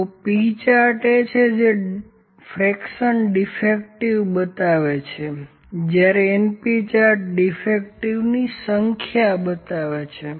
તેથી P chart એ છે જે ફ્રેક્શન ડીફેક્ટિવ બતાવે છે જ્યારે np ચાર્ટ ડીફેક્ટીવની સંખ્યા બતાવે છે